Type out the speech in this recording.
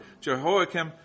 Jehoiakim